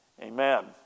Amen